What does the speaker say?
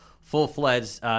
full-fledged